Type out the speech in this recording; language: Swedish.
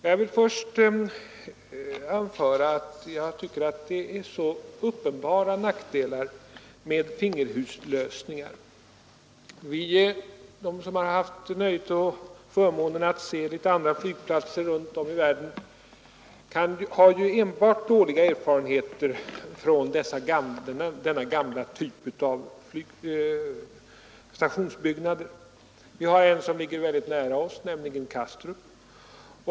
Jag vill först anföra att jag tycker att det är uppenbara nackdelar med fingerhuslösningar. De som har haft nöjet och förmånen att se andra flygplatser runt om i världen har enbart dåliga erfarenheter av denna typ av stationsbyggnader. Vi har en sådan mycket nära oss, nämligen Kastrup.